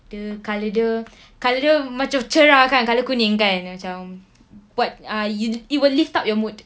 the colour dia colour macam cerah kan colour kuning kan dia macam what ah it it will lift up your mood